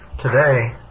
today